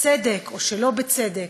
בצדק או שלא בצדק,